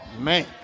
man